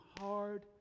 hard